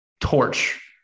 torch